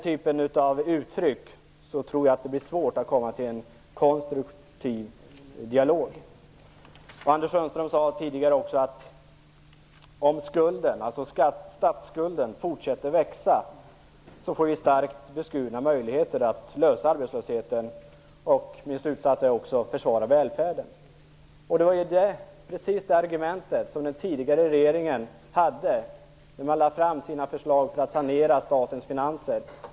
Med sådana uttryck tror jag att det blir svårt att få till stånd en konstruktiv dialog. Anders Sundström sade tidigare att vi får starkt beskurna möjligheter att lösa problemet med arbetslösheten om statsskulden fortsätter att växa. Min slutsats är också att det handlar om att försvara välfärden. Det var precis detta argument som den tidigare regeringen hade när man lade fram sina förslag för att sanera statens finanser.